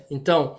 Então